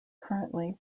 currently